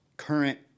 current